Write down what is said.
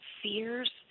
fears